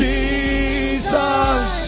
Jesus